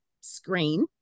screen